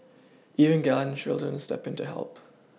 even grandchildren step in to help